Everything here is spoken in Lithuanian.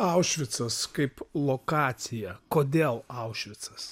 aušvicas kaip lokacija kodėl aušvicas